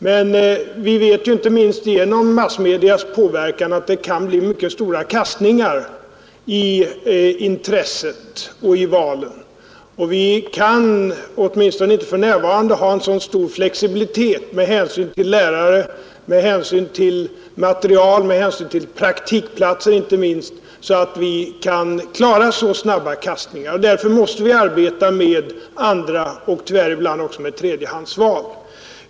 Men vi vet att det, inte minst genom massmedias påverkan, kan bli mycket stora kastningar i intresset och i valen, och vi kan — åtminstone inte för närvarande — inte ha en så stor flexibilitet med hänsyn till lärare, materiel och inte minst praktikplatser att vi kan klara så snabba kastningar. Därför måste vi arbeta med andraoch tyvärr också ibland med tredjehandsval.